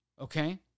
okay